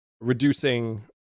reducing